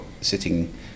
sitting